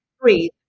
breathe